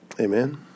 Amen